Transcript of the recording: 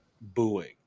booing